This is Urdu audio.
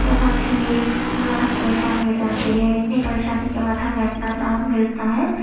بہت ہی زیادہ پریشانی ہو جاتی ہے اتنی پریشانی کے بعد ہمیں اپنا نام ملتا ہے